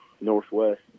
Northwest